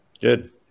Good